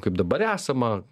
kaip dabar esama